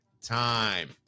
time